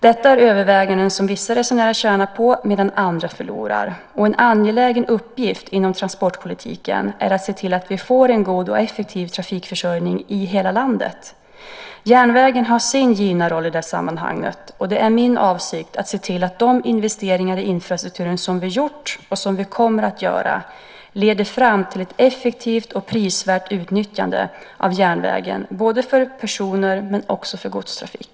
Detta är överväganden som vissa resenärer tjänar på, medan andra förlorar. En angelägen uppgift inom transportpolitiken är att se till att vi får en god och effektiv trafikförsörjning i hela landet. Järnvägen har sin givna roll i detta sammanhang, och det är min avsikt att se till att de investeringar i infrastruktur vi gjort och som vi kommer att göra leder fram till ett effektivt och prisvärt utnyttjande av järnvägen för både person och godstrafik.